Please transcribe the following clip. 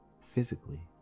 physically